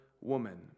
woman